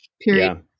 Period